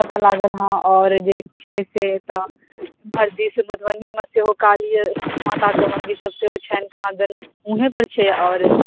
आओर जे छै मधुबनियोमे सेहो कालियो माता के मंदिर सब सेहो छनि कहाँदन मुहैं पर छै आओर